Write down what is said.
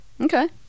Okay